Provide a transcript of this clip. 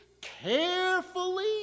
carefully